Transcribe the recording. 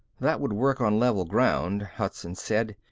that would work on level ground, hudson said.